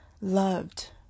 loved